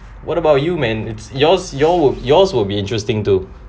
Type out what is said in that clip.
what about you man it's yours your yours will be interesting too